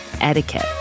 etiquette